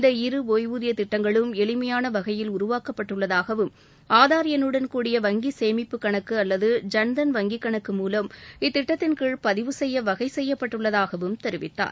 இந்த இரு ஓய்வூதியத் திட்டங்களும் எளிமையான வகையில் உருவாக்கப்பட்டுள்ளதாகவும் ஆதார் எண்ணுடன் கூடிய வங்கி சேமிப்புக் கணக்கு அல்லது ஜன்தன் வங்கிக் கணக்கு மூலம் இத்திட்டத்தின் கீழ் பதிவு செய்ய வகை செய்யப்பட்டுள்ளதாகவும் தெரிவித்தார்